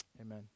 Amen